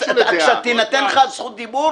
תינתן לך זכות דיבור.